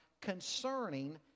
concerning